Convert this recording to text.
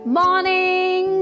morning